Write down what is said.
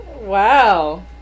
Wow